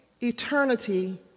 eternity